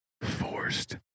forced